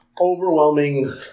overwhelming